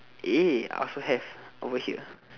eh I also have over here